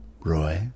Roy